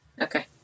Okay